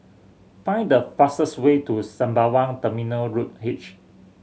find the fastest way to Sembawang Terminal Road H